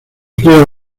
crea